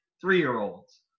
three-year-olds